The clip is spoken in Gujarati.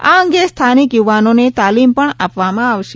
આ અંગે સ્થાનિક યૂવાનોને તાલીમ પણ આપવામાં આવશે